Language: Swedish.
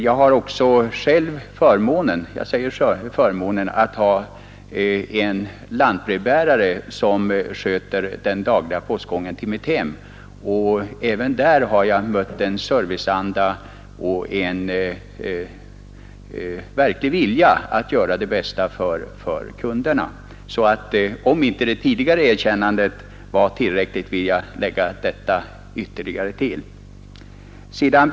Jag har själv förmånen att en lantbrevbärare sköter den dagliga postgången till mitt hem. Även därvid har jag mött en serviceanda och en verklig vilja att göra det bästa för kunderna. Om alltså inte det tidigare erkännandet är tillräckligt vill jag ytterligare lägga till detta.